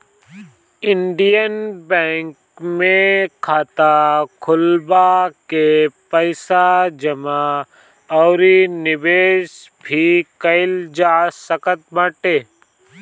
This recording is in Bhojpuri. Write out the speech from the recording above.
इंडियन बैंक में खाता खोलवा के पईसा जमा अउरी निवेश भी कईल जा सकत बाटे